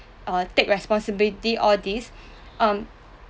uh take responsibility all these um